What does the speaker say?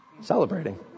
Celebrating